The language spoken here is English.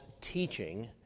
teaching